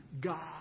God